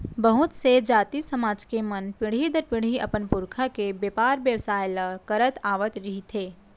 बहुत से जाति, समाज के मन पीढ़ी दर पीढ़ी अपन पुरखा के बेपार बेवसाय ल करत आवत रिहिथे